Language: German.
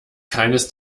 keines